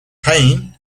payne